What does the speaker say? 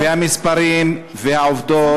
הנתונים והמספרים והעובדות,